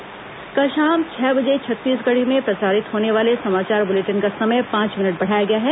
श्रोताओं कल शाम छह बजे छत्तीसगढ़ी में प्रसारित होने वाले समाचार बुलेटिन का समय पांच मिनट बढ़ाया गया है